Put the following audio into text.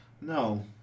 No